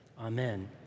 Amen